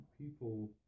People